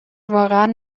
واقعا